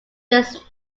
does